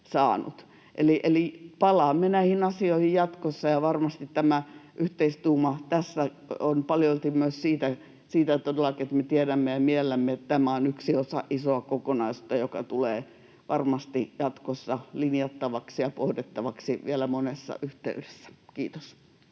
palaamme näihin asioihin jatkossa, ja varmasti tämä yhteistuuma tässä johtuu paljolti myös siitä todellakin, että me tiedämme ja miellämme, että tämä on yksi osa isoa kokonaisuutta, joka tulee varmasti jatkossa linjattavaksi ja pohdittavaksi vielä monessa yhteydessä. — Kiitos.